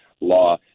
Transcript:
law